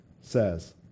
says